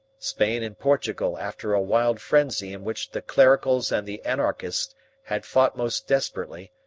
spain and portugal, after a wild frenzy in which the clericals and the anarchists had fought most desperately,